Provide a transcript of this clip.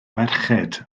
ferched